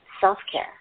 self-care